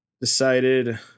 decided